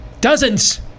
dozens